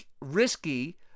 risky